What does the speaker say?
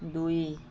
ଦୁଇ